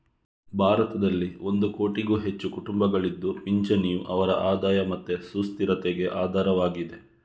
ಭಾರತದಲ್ಲಿ ಒಂದು ಕೋಟಿಗೂ ಹೆಚ್ಚು ಕುಟುಂಬಗಳಿದ್ದು ಪಿಂಚಣಿಯು ಅವರ ಆದಾಯ ಮತ್ತೆ ಸುಸ್ಥಿರತೆಗೆ ಆಧಾರವಾಗಿದೆ